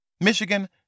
Michigan